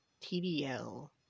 T-D-L